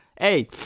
Hey